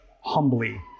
humbly